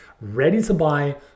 ready-to-buy